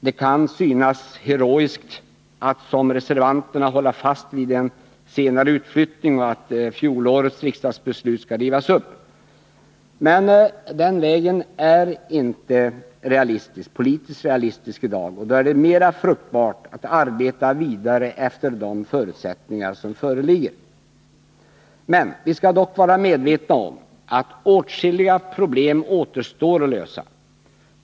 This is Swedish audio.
Det kan synas heroiskt att som reservanterna hålla fast vid en senare utflyttning och vid att fjolårets riksdagsbeslut skall rivas upp. Men den vägen är inte politiskt realistisk i dag, och då är det mera fruktbart att arbeta vidare efter de förutsättningar som föreligger. Vi skall dock vara medvetna om att åtskilliga problem återstår att lösa.